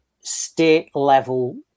state-level